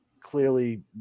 clearly